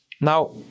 Now